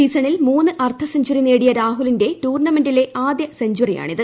സീസണിൽ മൂന്ന് അർദ്ധസെഞ്ചറി നേടിയ രാഹുലിന്റെ ടൂർണമെന്റിലെ ആദ്യ സെഞ്ചറിയാണിത്